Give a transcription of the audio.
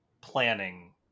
planning